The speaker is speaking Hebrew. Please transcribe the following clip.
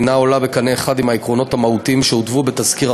אינה עולה בקנה אחד עם העקרונות המהותיים שהותוו בתזכיר